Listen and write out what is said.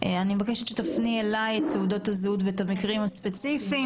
אני מבקשת שתפני אליי את תעודות הזהות ואת המקרים הספציפיים.